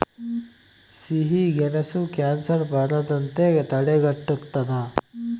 ಸಿಹಿಗೆಣಸು ಕ್ಯಾನ್ಸರ್ ಬರದಂತೆ ತಡೆಗಟ್ಟುತದ